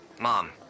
Mom